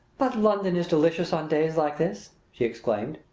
but london is delicious on days like this! she exclaimed.